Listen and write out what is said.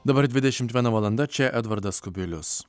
dabar dvidešimt viena valanda čia edvardas kubilius